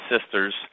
sisters